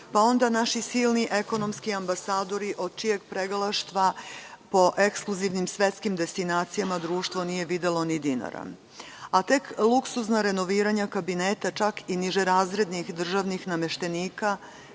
Pa onda, naši silni ekonomski ambasadori, od čijeg pregalaštva po ekskluzivnim svetskim destinacijama društvo nije videlo ni dinara. A tek luksuzna renoviranja kabineta, čak i nižerazrednih državnih nameštenika,